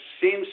seems